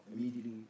immediately